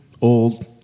old